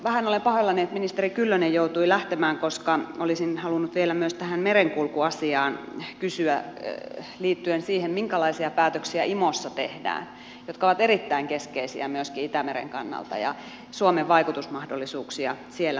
vähän olen pahoillani että ministeri kyllönen joutui lähtemään koska olisin halunnut vielä kysyä myös merenkulkuasiasta liittyen siihen minkälaisia päätöksiä imossa tehdään ne ovat erittäin keskeisiä myöskin itämeren kannalta ja suomen vaikutusmahdollisuuksista siellä